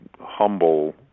humble